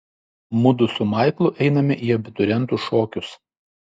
mudu su maiklu einame į abiturientų šokius